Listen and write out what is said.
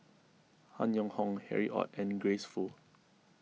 Han Yong Hong Harry Ord and Grace Fu